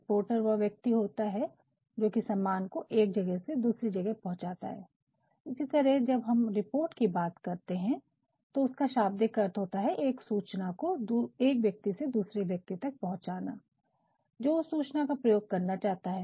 एक पोर्टर वह व्यक्ति होता है जो कि सामान को एक जगह से दूसरी जगह पहुंचाता है इसी तरह जब हम रिपोर्ट की बात करते हैं तो उसका शाब्दिक अर्थ होता है एक सूचना को एक व्यक्ति से दूसरे व्यक्ति तक पहुंचाना जो उस सूचना का प्रयोग करना चाहता है